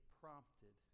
prompted